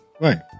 Right